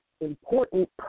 important